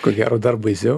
ko gero dar baisiau